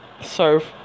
serve